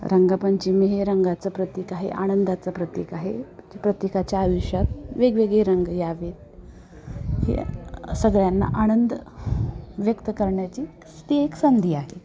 रंगपंचमी हे रंगाचं प्रतीक आहे आनंदाचं प्रतीक आहे प्रत्येकाच्या आयुष्यात वेगवेगळे रंग यावेत हे सगळ्यांना आनंद व्यक्त करण्याची ती एक संधी आहे